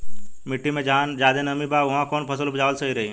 मिट्टी मे जहा जादे नमी बा उहवा कौन फसल उपजावल सही रही?